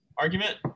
argument